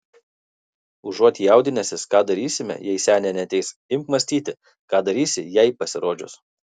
užuot jaudinęsis ką darysime jei senė neateis imk mąstyti ką darysi jai pasirodžius